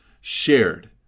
shared